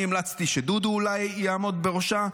אני המלצתי שדודו אולי יעמוד בראשה,